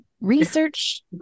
research